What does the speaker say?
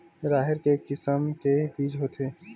राहेर के किसम के बीज होथे?